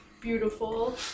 Beautiful